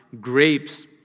grapes